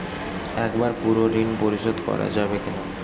একবারে পুরো ঋণ পরিশোধ করা যায় কি না?